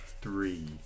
three